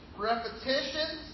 repetitions